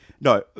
No